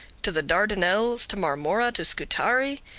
to the dardanelles, to marmora, to scutari?